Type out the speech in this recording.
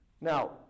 Now